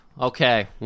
okay